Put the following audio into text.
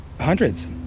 Hundreds